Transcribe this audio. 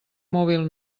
mòbil